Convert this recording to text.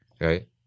Right